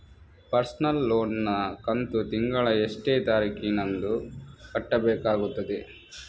Personal loan ನ ಕಂತು ತಿಂಗಳ ಎಷ್ಟೇ ತಾರೀಕಿನಂದು ಕಟ್ಟಬೇಕಾಗುತ್ತದೆ?